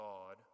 God